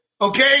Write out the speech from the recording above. Okay